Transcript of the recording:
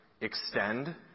extend